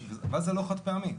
ואז זה לא חד פעמי.